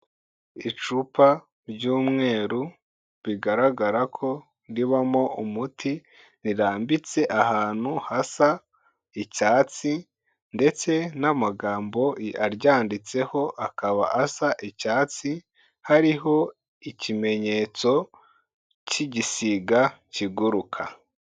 Icupa ry'umweru, bigaragara ko ribamo umuti rirambitse ahantu hasa icyatsi ndetse n'amagambo aryanditseho akaba asa icyatsi, hariho ikimenyetso cy'igisiga kiguruka.